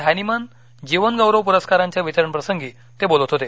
Hahnemann जीवनगौरव पुरस्कारांच्या वितरण प्रसंगी ते बोलत होते